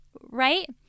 right